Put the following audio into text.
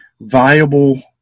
viable